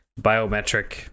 biometric